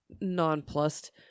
nonplussed